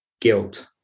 guilt